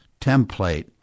template